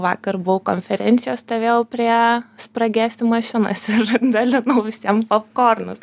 vakar buvau konferencijoj stovėjau prie spragėsių mašinos ir dalinau visiem popkornus